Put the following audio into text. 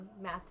Math